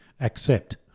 accept